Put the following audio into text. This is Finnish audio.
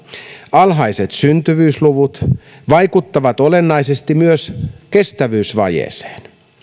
alhaiset syntyvyysluvut vaikuttavat olennaisesti myös kestävyysvajeeseen